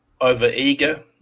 over-eager